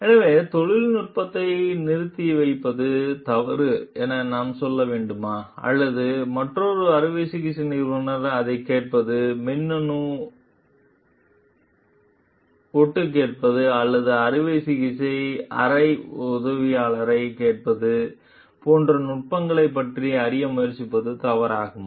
எனவே தொழில்நுட்பத்தை நிறுத்தி வைப்பது தவறு என நாம் சொல்ல வேண்டுமா அல்லது மற்றொரு அறுவை சிகிச்சை நிபுணர் அதைக் கேட்பது மின்னணு ஒட்டுக்கேட்பது அல்லது அறுவை சிகிச்சை அறை உதவியாளரைக் கேட்பது போன்ற நுட்பங்களைப் பற்றி அறிய முயற்சிப்பது தவறாகுமா